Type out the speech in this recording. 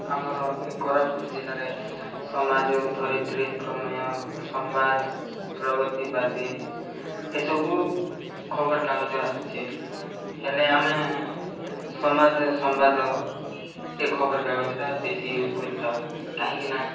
ଆମର ଏ କୋରାପୁଟ ଜିଲ୍ଲାରେ ସମାଜ ଧରିତ୍ରୀ ପ୍ରମେୟ ସମ୍ବାଦ ପ୍ରଗତିବାଦୀ ଏସବୁ ଖବରକାଗଜ ଆସୁଛି ହେଲେ ଆମେ ସମାଜ ସମ୍ବାଦ ଏ ଖବରକାଗଜଟା ବେଶୀ ୟୁଜ୍ କରିଥାଉ କାହିଁକିନାଁ